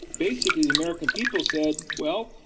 basically the american people said, well,